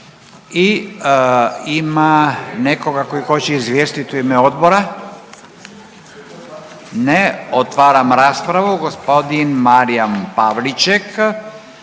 i ima nekoga koji hoće izvijestiti u ime odbora? Ne. Otvaram raspravu, g. Marijan Pavliček,